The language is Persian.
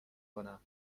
کنم